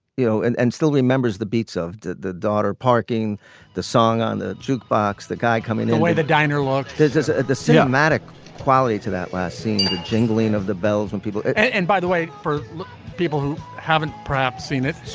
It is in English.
you know, and, and still remembers the beats of the the daughter parking the song on the jukebox, the guy coming the the way, the diner locked this is ah the systematic quality to that last scene the the jingling of the bells when people and by the way, for people who haven't perhaps seen it, so